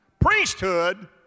Priesthood